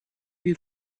you